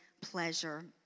pleasure